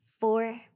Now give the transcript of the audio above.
four